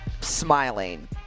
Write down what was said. smiling